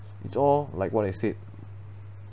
it's all like what I said